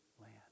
land